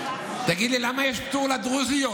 תגיד לי, למה יש פטור לדרוזיות?